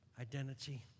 identity